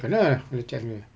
kena kena check punya